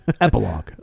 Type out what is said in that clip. Epilogue